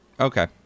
Okay